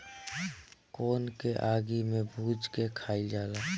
कोन के आगि में भुज के खाइल जाला